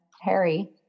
Harry